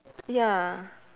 ya